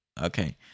Okay